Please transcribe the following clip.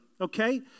Okay